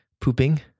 pooping